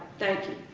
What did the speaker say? thank you,